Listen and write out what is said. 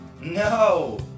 No